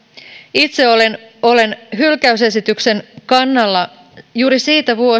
itse olen olen hylkäysesityksen kannalla juuri siitä